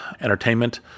entertainment